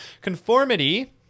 Conformity